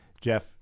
Jeff